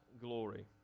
glory